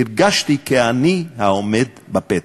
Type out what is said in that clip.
הרגשתי כעני העומד בפתח.